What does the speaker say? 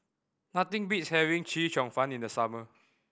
nothing beats having Chee Cheong Fun in the summer